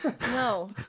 No